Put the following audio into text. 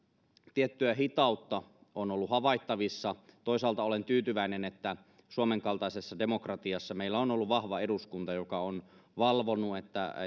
tiettyä hitautta on ollut havaittavissa toisaalta olen tyytyväinen että suomen kaltaisessa demokratiassa meillä on ollut vahva eduskunta joka on valvonut että